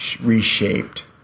reshaped